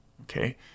okay